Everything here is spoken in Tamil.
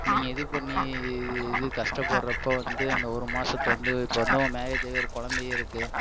நீங்கள் இது பண்ணி இது கஷ்டப்படுறப்போ வந்து அந்த ஒரு மாசத்தை வந்து இப்போ வந்து ஒரு மேரேஜ் ஆகி ஒரு குழந்தயே இருக்கு